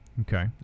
Okay